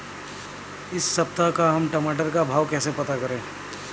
इस सप्ताह का हम टमाटर का भाव कैसे पता करें?